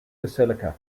basilica